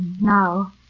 now